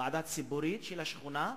ועדה ציבורית, של השכונה,